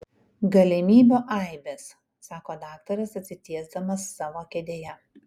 galimybių aibės sako daktaras atsitiesdamas savo kėdėje